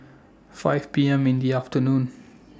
five P M in The afternoon